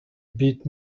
bit